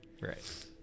Right